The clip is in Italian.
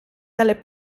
tale